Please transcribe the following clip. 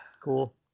Cool